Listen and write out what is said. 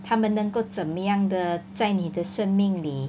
他们能够怎么样的在你的生命里